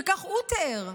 כך הוא תיאר,